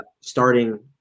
starting